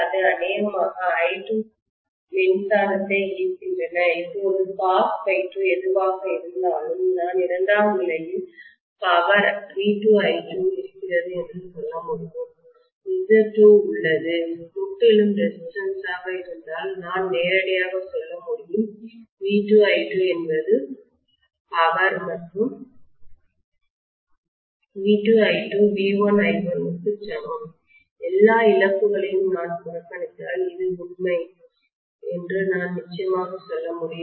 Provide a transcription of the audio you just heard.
இது அநேகமாக i2 மின்சாரத்தை ஈர்க்கின்றன இப்போது cosφ2 எதுவாக இருந்தாலும் நான் இரண்டாம் நிலையில் பவர் V2I2 இருக்கிறது சொல்ல முடியும் Z2 உள்ளது முற்றிலும் ரெசிஸ்டன்ஸ் ஆக இருந்தால் நான் நேரடியாக சொல்ல முடியும் V2I2 என்பது பவர் மற்றும் V2I2 V1I1க்கு சமம் எல்லா இழப்புகளையும் நான் புறக்கணித்தால் இது உண்மை என்று நான் நிச்சயமாக சொல்ல முடியும்